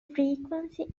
frequency